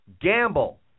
gamble